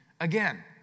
again